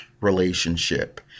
relationship